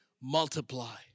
multiply